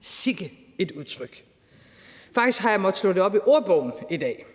sikke et udtryk! Faktisk har jeg måttet slå det op i ordbogen i dag.